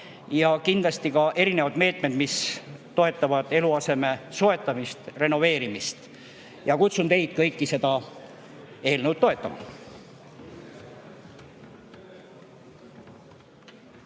on vajalikud erinevad meetmed, mis toetavad eluaseme soetamist-renoveerimist. Kutsun teid kõiki seda eelnõu toetama!